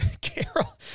Carol